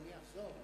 אני אחזור.